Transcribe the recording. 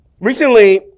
Recently